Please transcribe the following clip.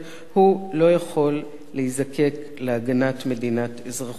הוא לא יכול להיזקק להגנת מדינת אזרחותו.